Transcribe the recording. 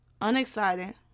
unexcited